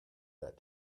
that